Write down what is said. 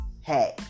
Hey